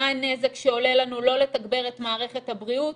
מה הנזק שעולה לנו לא לתגבר את מערכת הבריאות